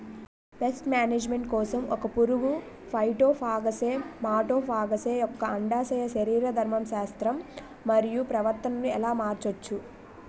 Paste management కోసం ఒక పురుగు ఫైటోఫాగస్హె మటోఫాగస్ యెక్క అండాశయ శరీరధర్మ శాస్త్రం మరియు ప్రవర్తనను ఎలా మార్చచ్చు?